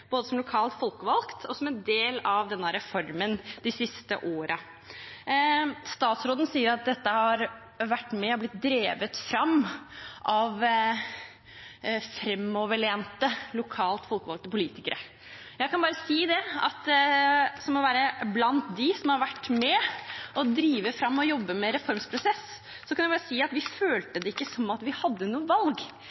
både som lokalt folkevalgt, og som en del av denne reformen de siste årene. Statsråden sier at dette har vært drevet fram av framoverlente lokalt folkevalgte politikere. Etter å ha vært blant dem som har vært med på å drive fram og jobbe med reformprosessen, kan jeg si at vi